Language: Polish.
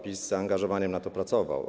PiS z zaangażowaniem na to pracował.